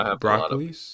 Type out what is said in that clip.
broccoli